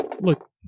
Look